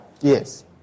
Yes